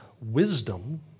wisdom